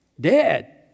Dead